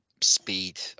speed